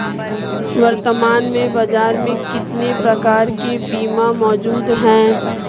वर्तमान में बाज़ार में कितने प्रकार के बीमा मौजूद हैं?